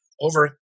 over